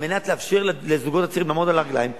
על מנת לאפשר לזוגות הצעירים לעמוד על הרגליים,